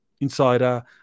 insider